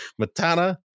matana